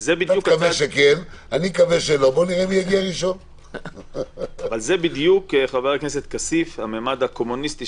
אני קורא לכל ועדת החוקה לעצור את החוק הנורא